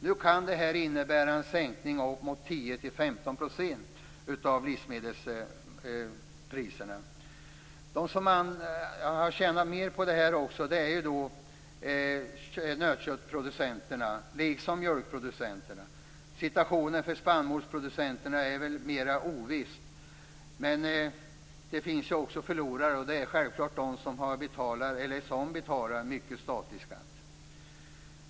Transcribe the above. Nu kan det här innebära en sänkning av livsmedelspriserna på 10-15 %. De som tjänar mer på det här är också nötköttsproducenterna, liksom mjölkproducenterna. Situationen för spannmålsproducenterna är mer oviss. Men det finns också förlorare. Det är självklart de som betalar mycket statlig skatt.